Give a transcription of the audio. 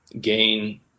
gain